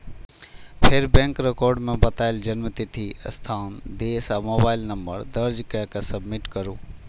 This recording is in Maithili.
फेर बैंक रिकॉर्ड मे बतायल जन्मतिथि, स्थान, देश आ मोबाइल नंबर दर्ज कैर के सबमिट करू